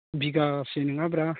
बिघासे नङाब्रा